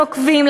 נוקבים,